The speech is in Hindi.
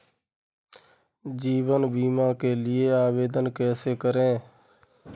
जीवन बीमा के लिए आवेदन कैसे करें?